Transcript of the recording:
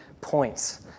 points